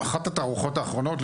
ואחת התערוכות האחרונות,